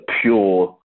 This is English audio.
pure